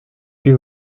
plus